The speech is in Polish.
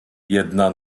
jedna